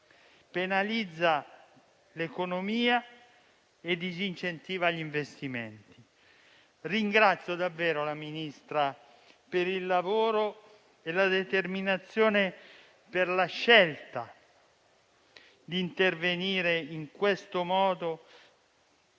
penalizza l'economia e disincentiva gli investimenti. Ringrazio davvero la Ministra per il lavoro e la determinazione per la scelta di intervenire con questo